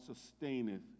sustaineth